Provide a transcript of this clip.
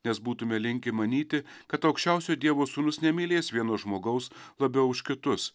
nes būtume linkę manyti kad aukščiausio dievo sūnus nemylės vieno žmogaus labiau už kitus